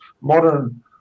modern